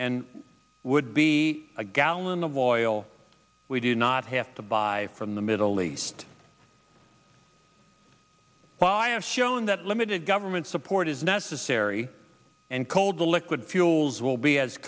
and would be a gallon of oil we did not have to buy from the middle east by showing that limited government support is necessary and cold the liquid fuels will be as